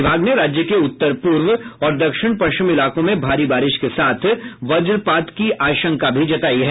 विभाग ने राज्य के उत्तर पूर्व और दक्षिण पश्चिम इलाकों में भारी बारिश के साथ वजपात की आशंका भी जतायी है